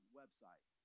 website